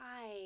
Hi